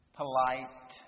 polite